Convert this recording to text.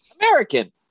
American